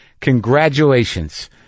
Congratulations